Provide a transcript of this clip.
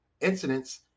incidents